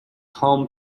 home